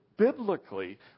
biblically